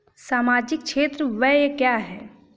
सामाजिक क्षेत्र व्यय क्या है?